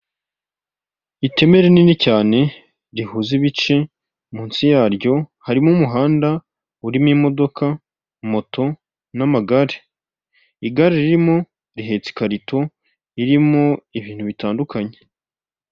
Iteme rinini cyane rihuza ibice munsi yaryo harimo umuhanda urimo imodoka, moto n'amagare, igare ririmo rehetse ikarito irimo ibintu bitandukanye.